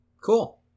Cool